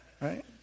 Right